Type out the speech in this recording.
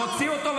תוריד אותו.